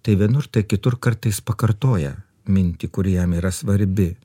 tai vienur tai kitur kartais pakartoja mintį kuri jam yra svarbi